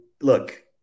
look